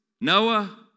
Noah